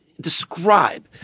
describe